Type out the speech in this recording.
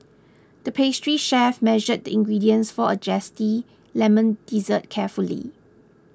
the pastry chef measured the ingredients for a Zesty Lemon Dessert carefully